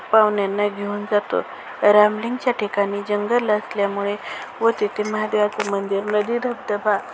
पाहुण्यांना घेऊन जातो रामलिंगच्या ठिकाणी जंगल असल्यामुळे व तिथे महादेवाचं मंदिर नदी धबधबा